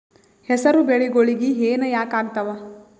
ಹೆಸರು ಬೆಳಿಗೋಳಿಗಿ ಹೆನ ಯಾಕ ಆಗ್ತಾವ?